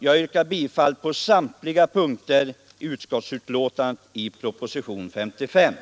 Jag yrkar på samtliga punkter bifall till utskottets hemställan.